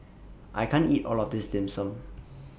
I can't eat All of This Dim Sum